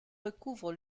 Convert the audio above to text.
recouvre